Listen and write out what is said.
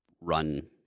run